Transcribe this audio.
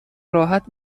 راحت